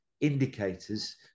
indicators